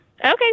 Okay